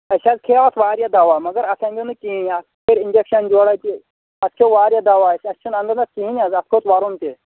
اَسہِ حظ کھییَو اَتھ واریاہ دَوا مگر اَتھ اَندیو نہٕ کِہیٖنۍ اَتھ کٔرۍ اِنجَکشَن جورا تہِ اَتھ کھیوٚ واریاہ دَوا اَسہِ چھِنہٕ اَندان اَتھ کِہیٖنۍ حظ اَتھ کھوٚت وَرم تہِ